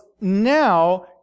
now